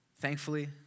Thankfully